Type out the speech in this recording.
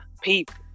people